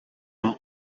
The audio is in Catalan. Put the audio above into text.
amb